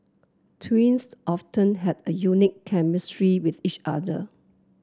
twins often have a unique chemistry with each other